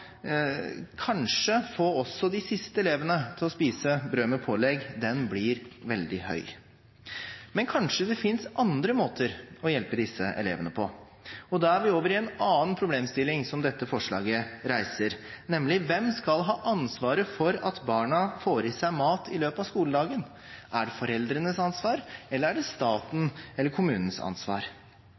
også de siste elevene til å spise brød med pålegg blir veldig høy. Men kanskje det finnes andre måter å hjelpe disse elevene på, og da er vi over i en annen problemstilling som dette forslaget reiser, nemlig: Hvem skal ha ansvaret for at barna får i seg mat i løpet av skoledagen? Er det foreldrenes ansvar, eller er det statens eller kommunens ansvar? Jeg mener at det i utgangspunktet må være foreldrenes ansvar.